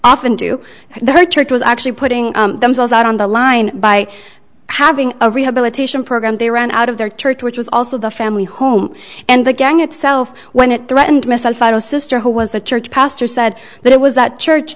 often do the church was actually putting themselves out on the line by having a rehabilitation program they ran out of their church which was also the family home and the gang itself when it threatened missile fire a sister who was a church pastor said that it was that church